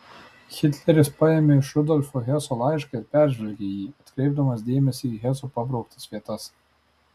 hitleris paėmė iš rudolfo heso laišką ir peržvelgė jį atkreipdamas dėmesį į heso pabrauktas vietas